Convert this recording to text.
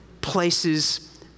places